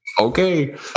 Okay